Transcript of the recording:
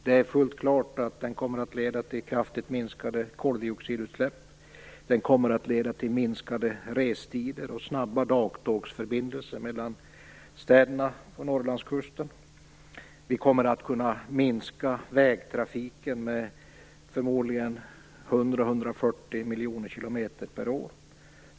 Det är fullt klart att den kommer att leda till kraftiga minskningar av koldioxidutsläppen, till förkortningar av restider och till snabba dagtågsförbindelser mellan städerna på Norrlandskusten. Vi kommer att kunna minska vägtrafiken med förmodligen 100-140 miljoner kilometer per år.